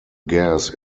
gas